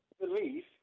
belief